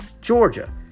Georgia